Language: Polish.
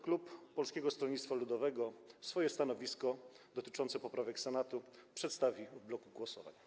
Klub Polskiego Stronnictwa Ludowego swoje stanowisko dotyczące poprawek Senatu przedstawi w bloku głosowań.